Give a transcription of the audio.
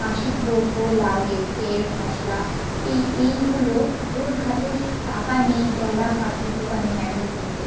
মাসিক দ্রব্য লাগে তেল মশলা এই এইগুলো ধরুন হাতে টাকা নেই গেলাম কাকুর দোকানে ম্যাগি কিনতে